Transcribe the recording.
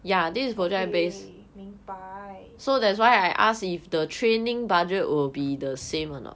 okay 明白